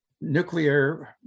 nuclear